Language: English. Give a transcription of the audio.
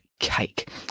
cake